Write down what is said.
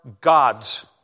God's